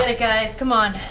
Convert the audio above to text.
and guys. come on.